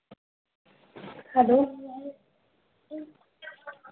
hello